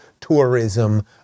tourism